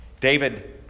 David